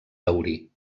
taurí